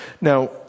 now